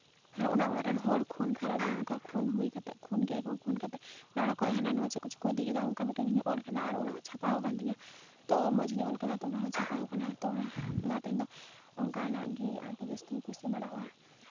ᱚᱱᱟ ᱚᱲᱟᱜ ᱨᱮᱱ ᱦᱚᱲ ᱠᱷᱩᱱ ᱠᱷᱟᱨᱟᱯᱤ ᱚᱱᱟ ᱠᱷᱩᱱ ᱦᱩᱭ ᱠᱟᱛᱮᱫ ᱠᱷᱩᱱ ᱠᱮᱜᱼᱟ ᱠᱚ ᱠᱷᱩᱱ ᱠᱟᱛᱮᱫ ᱚᱱᱟ ᱚᱲᱟᱜ ᱠᱷᱚᱡ ᱦᱟᱱᱟ ᱱᱚᱣᱟ ᱪᱮᱫ ᱠᱚᱪᱚᱝ ᱠᱚ ᱤᱫᱤ ᱠᱟᱫᱟ ᱚᱱᱠᱟ ᱢᱤᱫᱴᱮᱱ ᱤᱧ ᱚᱞ ᱠᱟᱫᱟ ᱟᱨ ᱚᱱᱟ ᱦᱚᱸ ᱪᱷᱟᱯᱟᱣ ᱠᱟᱱ ᱛᱤᱧᱟ ᱛᱚ ᱢᱚᱡᱽ ᱜᱤᱧ ᱚᱞ ᱠᱟᱫᱟ ᱛᱚ ᱚᱱᱟ ᱦᱚᱸ ᱪᱷᱟᱯᱟᱣ ᱠᱟᱱᱟ ᱛᱚ ᱚᱱᱟᱛᱮ ᱤᱧᱫᱚ ᱚᱱᱠᱟᱱᱟᱜ ᱜᱮ ᱡᱟᱹᱥᱛᱤᱧ ᱠᱩᱥᱤ ᱵᱟᱲᱟᱣᱟᱜᱼᱟ